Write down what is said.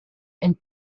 and